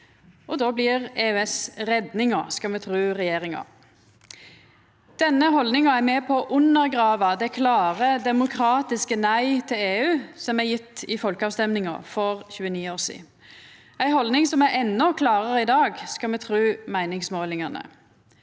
Då blir EØS redninga, skal me tru regjeringa. Denne haldninga er med på å undergrava det klare, demokratiske nei til EU som blei gjeve i folkerøystinga for 29 år sidan – ei haldning som er endå klarare i dag, skal me tru meiningsmålingane.